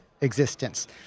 existence